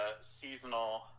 seasonal